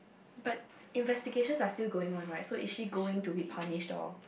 but investigations are still going on right so is she going to be punished or